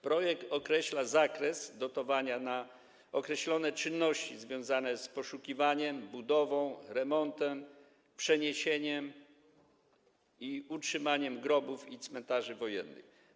Projekt określa zakres dotowania, jeśli chodzi o określone czynności związane z poszukiwaniem, budową, remontem, przeniesieniem i utrzymaniem grobów i cmentarzy wojennych.